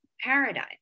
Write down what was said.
paradigm